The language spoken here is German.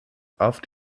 auf